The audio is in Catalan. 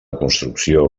construcció